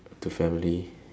to family